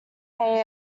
hay